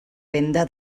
venda